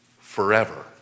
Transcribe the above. forever